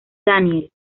daniel